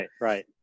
right